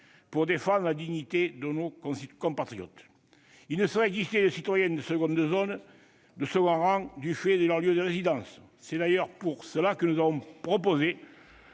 pour défendre la dignité de nos compatriotes. Il ne saurait exister de citoyens de second rang du fait de leur lieu de résidence. C'est d'ailleurs pour cela que nous avons proposé